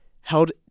held